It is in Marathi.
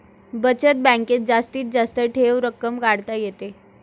बचत बँकेत जास्तीत जास्त ठेव रक्कम काढता येते